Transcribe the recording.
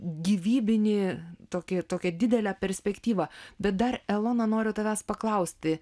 gyvybinį toki tokią didelę perspektyvą bet dar elona noriu tavęs paklausti